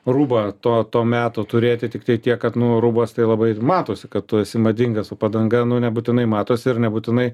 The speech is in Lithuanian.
rūbą to to meto turėti tiktai tiek kad nu rūbas tai labai matosi kad tu esi madingas o padanga nebūtinai matosi ir nebūtinai